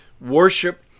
worship